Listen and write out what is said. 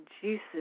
juices